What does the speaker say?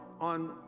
on